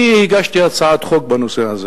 הגשתי הצעת חוק בנושא הזה,